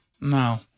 No